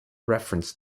reference